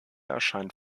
erscheint